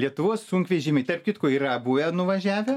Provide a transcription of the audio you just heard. lietuvos sunkvežimiai tarp kitko yra buvę nuvažiavę